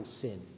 sin